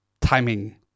timing